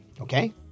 okay